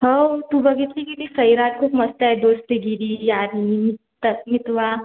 हो तू बघितला की नाही सैराट खूप मस्त आहे दोस्तीगिरी यारी तकीतवा